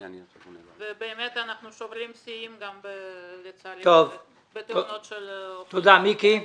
אנחנו באמת שוברים שיאים לצערי בתאונות של אופנועים.